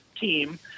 Team